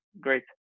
great